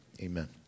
amen